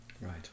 Right